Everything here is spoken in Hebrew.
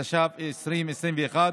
התשפ"א 2021,